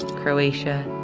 croatia,